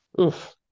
Oof